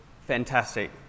fantastic